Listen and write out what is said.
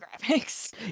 graphics